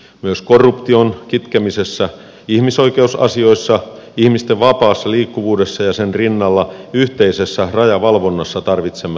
myös korruption kitkemisessä ihmisoikeusasioissa ihmisten vapaassa liikkuvuudessa ja sen rinnalla yhteisessä rajavalvonnassa tarvitsemme laajempaa yhteistyötä